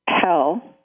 hell